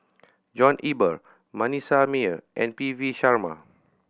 John Eber Manasseh Meyer and P V Sharma